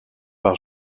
par